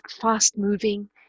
fast-moving